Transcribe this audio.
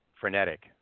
frenetic